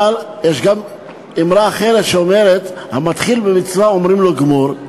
אבל יש גם אמרה אחרת שאומרת: "המתחיל במצווה אומרים לו גמור".